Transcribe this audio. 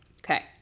Okay